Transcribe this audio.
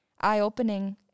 eye-opening